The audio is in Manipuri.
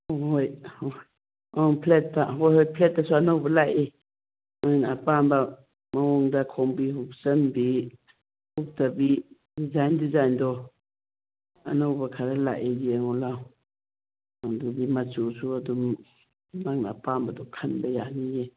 ꯍꯣꯏ ꯍꯣꯏ ꯑꯧ ꯎꯝ ꯐ꯭ꯂꯦꯠꯇ ꯍꯣꯏ ꯍꯣꯏ ꯐ꯭ꯂꯦꯠꯇꯁꯨ ꯑꯅꯧꯕ ꯂꯥꯛꯏ ꯅꯣꯏꯅ ꯑꯄꯥꯝꯕ ꯃꯑꯣꯡꯗ ꯈꯣꯡꯕꯤ ꯎꯞꯁꯟꯕꯤ ꯎꯞꯇꯕꯤ ꯗꯤꯖꯥꯏꯟ ꯗꯤꯖꯥꯏꯟꯗꯣ ꯑꯅꯧꯕ ꯈꯔ ꯂꯥꯛꯏ ꯌꯦꯡꯉꯣ ꯂꯥꯎ ꯑꯗꯨꯒꯤ ꯃꯆꯨꯁꯨ ꯑꯗꯨꯝ ꯅꯪꯅ ꯑꯄꯥꯝꯕꯗꯨ ꯈꯟꯕ ꯌꯥꯅꯤꯌꯦ